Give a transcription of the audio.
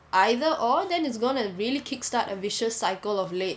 either or then it's gonna really kick start a vicious cycle of late